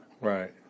Right